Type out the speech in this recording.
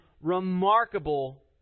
remarkable